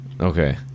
Okay